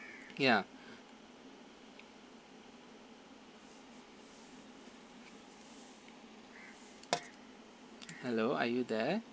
ya hello are you there